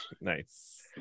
Nice